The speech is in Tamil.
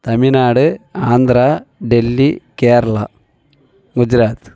தமிழ்நாடு ஆந்திரா டெல்லி கேரளா குஜராத்